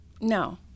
No